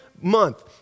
month